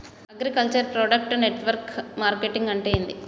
Agriculture product network marketing అంటే ఏంది?